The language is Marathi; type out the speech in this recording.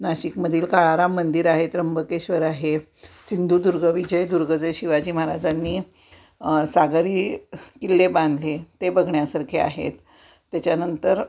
नाशिकमधील काळाराम मंदिर आहेत त्र्यंबकेश्वर आहे सिंधुदुर्ग विजयदुर्ग जे शिवाजी महाराजांनी सागरी किल्ले बांधले ते बघण्यासारखे आहेत त्याच्यानंतर